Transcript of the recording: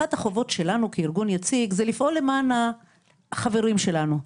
אחת החובות שלנו כארגון יציג היא לפעול למען החברים שלנו.